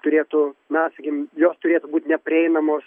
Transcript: turėtų na sakykim jos turėtų būti neprieinamos